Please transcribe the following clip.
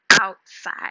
outside